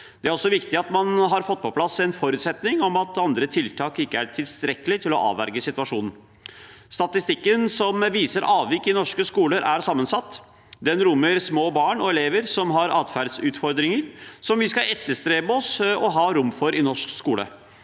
Det er også viktig at man har fått på plass en forutsetning om at andre tiltak ikke er tilstrekkelige til å avverge situasjonen. Statistikken som viser avvik i norske skoler, er sammensatt. Den rommer små barn og elever som har atferdsutfordringer, som vi skal etterstrebe å ha rom for i norsk skole.